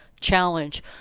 challenge